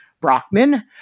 Brockman